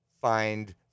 find